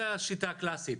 זה השיטה הקלאסית.